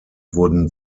wurden